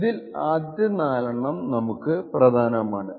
ഇതിൽ ആദ്യത്തെ നാലെണ്ണം നമുക്ക് പ്രധാനമാണ്